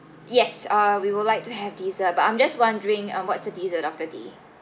yes uh we would like to have dessert but I'm just wondering um what's the dessert of the day